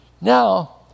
Now